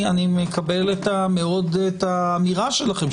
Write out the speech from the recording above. אני מקבל מאוד את האמירה שלכם,